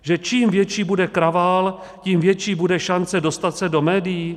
Že čím větší bude kravál, tím větší bude šance dostat se do médií?